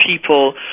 people